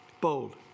Bold